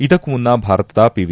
ಇದಕ್ಕೂ ಮುನ್ನ ಭಾರತದ ಪಿ ವಿ